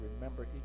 remember